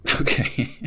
Okay